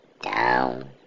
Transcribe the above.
down